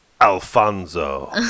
Alfonso